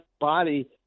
body